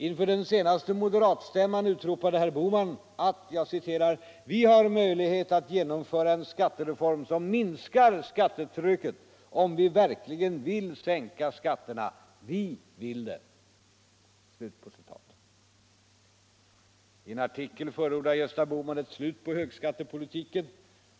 Inför den senaste moderatstämman utropade herr Bohman: Vi har möjlighet att genomföra en skattereform som minskar skattetrycket om vi verkligen vill sänka skatterna. Vi vill det. I en artikel förordar Gösta Bohman ett slut på högskattepolitiken.